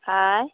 आँए